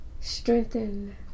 strengthen